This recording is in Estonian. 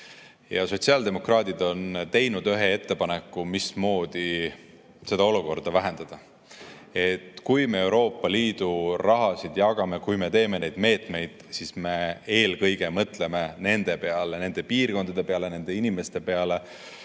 Sotsiaaldemokraadid on teinud ühe ettepaneku, mismoodi seda olukorda [leevendada]: kui me Euroopa Liidu raha jagame, kui me teeme neid meetmeid, siis mõtleme eelkõige nende peale, nende piirkondade peale, nende inimeste peale,